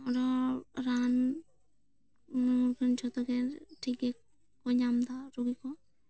ᱚᱱᱟ ᱨᱟᱱ ᱡᱚᱛᱚ ᱜᱮ ᱴᱷᱤᱠ ᱜᱮᱠᱚ ᱧᱟᱢᱮᱫᱟ ᱨᱩᱜᱤ ᱠᱚ